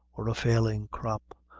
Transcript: or a failing crop,